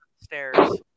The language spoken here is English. stairs